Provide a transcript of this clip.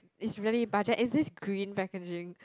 is really budget and this green packaging